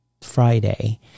Friday